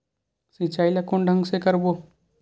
सिंचाई ल कोन ढंग से करबो?